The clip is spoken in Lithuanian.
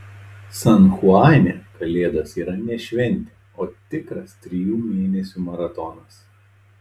san chuane kalėdos yra ne šventė o tikras trijų mėnesių maratonas